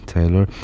Taylor